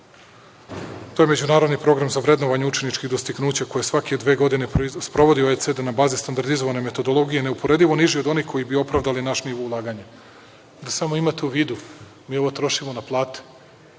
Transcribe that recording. to je Međunarodni program za vrednovanje učeničkih dostignuća koji svake dve godine sprovodi OECD na bazi standardizovane metodologije, neuporedivo niži od onih koji bi opravdali naš nivo ulaganja. Da samo imate u vidu, mi ovo trošimo na plate.